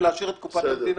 ולהעשיר את קופת המדינה.